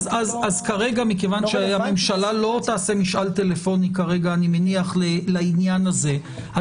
כרגע מכיוון שהממשלה לא תעשה משאל טלפוני לעניין הזה אז